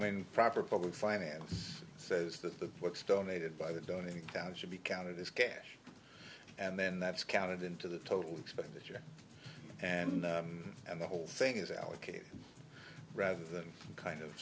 mean proper public finance says that the books donated by the don't even count should be counted as cash and then that's counted into the total expenditure and and the whole thing is allocated rather than kind of